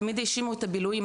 תמיד האשימו את הבילויים,